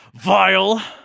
vile